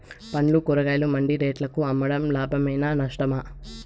పండ్లు కూరగాయలు మండి రేట్లకు అమ్మడం లాభమేనా నష్టమా?